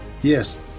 Yes